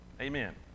Amen